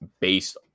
based